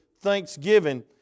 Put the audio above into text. thanksgiving